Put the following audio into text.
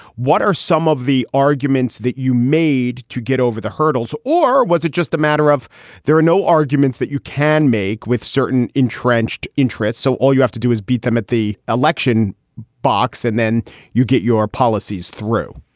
what are some of the arguments that you made to get over the hurdles? or was it just a matter of there are no arguments that you can make with certain entrenched interests. so all you have to do is beat them at the election box and then you get your policies through?